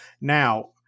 Now